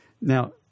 Now